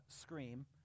scream